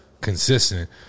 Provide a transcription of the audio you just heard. consistent